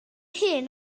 hŷn